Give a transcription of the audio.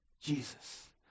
Jesus